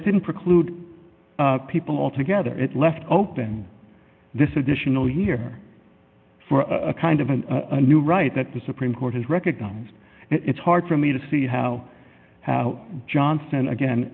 it didn't preclude people altogether it left open this additional here for a kind of a new right that the supreme court has recognized it's hard for me to see how johnson again